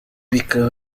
bikaba